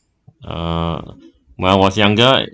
uh when I was younger